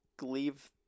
leave